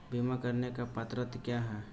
बीमा करने की पात्रता क्या है?